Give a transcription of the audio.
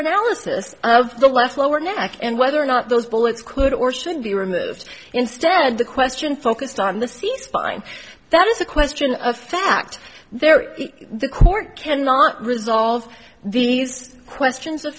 analysis of the left lower neck and whether or not those bullets could or should be removed instead the question focused on this seems fine that is a question of fact there the court cannot resolve these questions